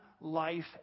life